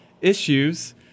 issues